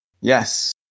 Yes